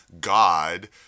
God